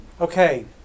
Okay